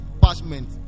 parchment